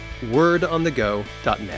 wordonthego.net